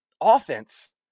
offense